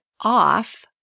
off